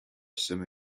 some